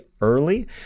early